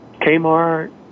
Kmart